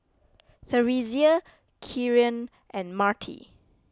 theresia Kieran and Marti